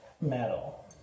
metal